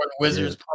wizards